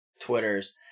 Twitters